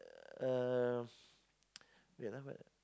um wait ah what